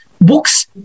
books